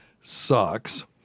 sucks